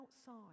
outside